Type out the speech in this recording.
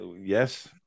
Yes